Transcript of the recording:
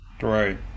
Right